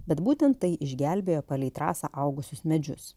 bet būtent tai išgelbėjo palei trasą augusius medžius